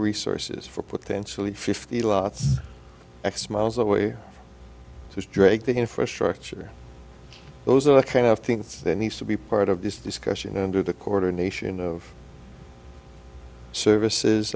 resources for potentially fifty lots x miles away just drag the infrastructure those are the kind of things that needs to be part of this discussion and do the coordination of services